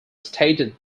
stated